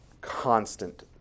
constant